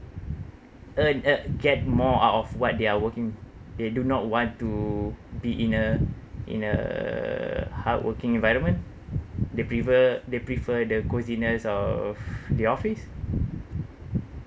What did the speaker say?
earn uh get more out of what they are working they do not want to be in a in a hardworking environment they prefer they prefer the cosiness of the office